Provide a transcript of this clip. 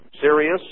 serious